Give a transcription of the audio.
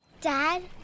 Dad